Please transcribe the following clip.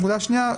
נקודה שנייה,